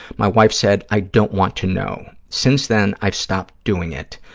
my wife said, i don't want to know. since then, i've stopped doing it.